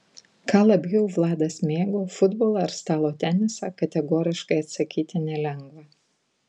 ką labiau vladas mėgo futbolą ar stalo tenisą kategoriškai atsakyti nelengva